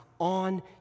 on